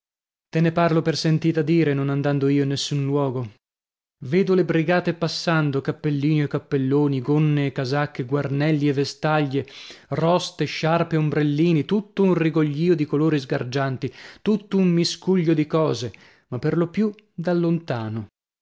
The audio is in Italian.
te ne parlo per sentita dire non andando io in nessun luogo vedo le brigate passando cappellini e cappelloni gonne e casacche guarnelli e vestaglie roste sciarpe ombrellini tutto un rigoglio di colori sgargianti tutto un miscuglio di cose ma per lo più da lontano